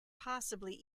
possibly